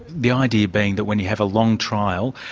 the idea being that when you have a long trial,